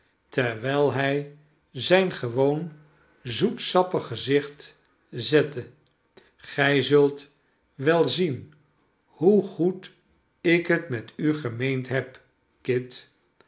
terwijl hij zijn gewoon zoetsappig gezicht zette gij zult wel zien hoe goed ik het met u gemeend heb